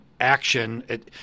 action